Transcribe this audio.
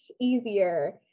easier